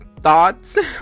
thoughts